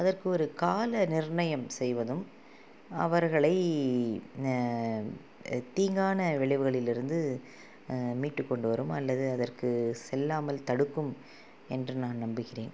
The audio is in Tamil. அதற்கு ஒரு கால நிர்ணயம் செய்வதும் அவர்களை தீங்கான விளைவுகளிலிருந்து மீட்டுக்கொண்டு வரும் அல்லது அதற்கு செல்லாமல் தடுக்கும் என்று நான் நம்புகிறேன்